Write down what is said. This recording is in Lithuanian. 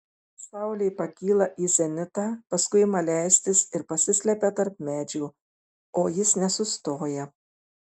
saulė pakyla į zenitą paskui ima leistis ir pasislepia tarp medžių o jis nesustoja